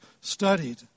studied